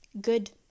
good